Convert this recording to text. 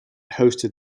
hosted